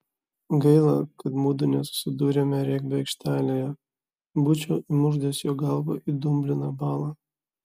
gaila kad mudu nesusidūrėme regbio aikštelėje būčiau įmurkdęs jo galvą į dumbliną balą